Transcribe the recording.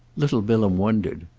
little bilham wondered.